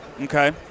Okay